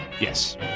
Yes